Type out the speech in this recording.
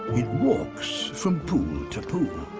it walks from pool to pool.